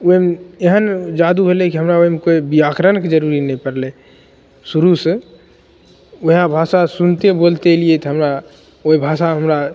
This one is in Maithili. ओहिमे एहन जादू भेलै कि हमरा ओहिमे कोइ व्याकरणके जरूरी नहि पड़लै शुरूसे वएह भाषा सुनिते बोलिते अएलिए तऽ हमरा ओहि भाषामे हमरा